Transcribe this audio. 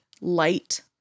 light